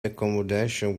accommodation